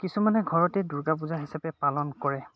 কিছুমানে ঘৰতে দুৰ্গা পূজা হিচাপে পালন কৰে